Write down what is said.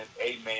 amen